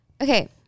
Okay